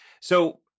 so-